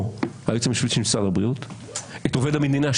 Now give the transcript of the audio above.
היועץ המשפטי של משרד הבריאות; את עובד המדינה,